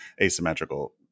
asymmetrical